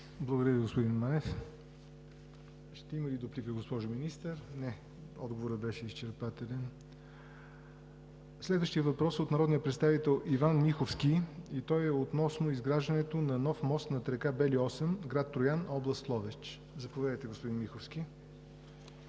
Благодаря Ви, господин Манев. Ще има ли дуплика, госпожо Министър? Не. Отговорът беше изчерпателен. Следващият въпрос е от народния представител Иван Миховски относно изграждането на нов мост над река Бели Осъм, град Троян, област Ловеч. Заповядайте, господин Миховски.